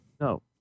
No